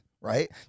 right